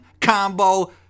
Combo